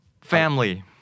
Family